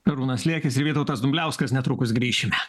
arūnas liekis ir vytautas dumbliauskas netrukus grįšime